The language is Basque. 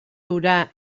hura